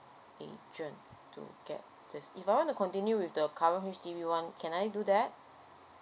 agent to get this if I want to continue with the current H_D_B one can I do that